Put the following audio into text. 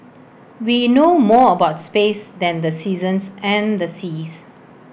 we know more about space than the seasons and the seas